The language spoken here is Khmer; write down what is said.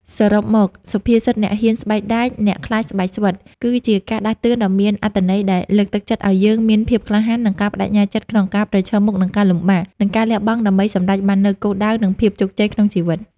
សរុបមក សុភាសិត អ្នកហ៊ានស្បែកដាច អ្នកខ្លាចស្បែកស្វិត គឺជាការដាស់តឿនដ៏មានអត្ថន័យដែលលើកទឹកចិត្តឲ្យយើងមាន ភាពក្លាហាន និងការប្តេជ្ញាចិត្ត ក្នុងការប្រឈមមុខនឹងការលំបាក និងការលះបង់ ដើម្បីសម្រេចបាននូវគោលដៅ និងភាពជោគជ័យក្នុងជីវិត។